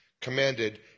commanded